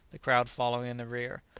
the crowd following in the rear.